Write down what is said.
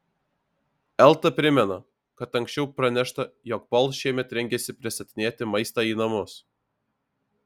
elta primena kad anksčiau pranešta jog bolt šiemet rengiasi pristatinėti maistą į namus